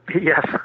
Yes